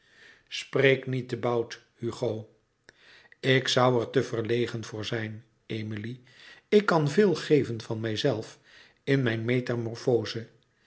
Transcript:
spreek niet te bout hugo ik zoû er te verlegen voor zijn emilie ik kan veel geven van mijzelf in mijn metamorfoze